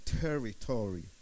territory